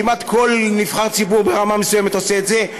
כמעט כל נבחר ציבור ברמה מסוימת עושה את זה.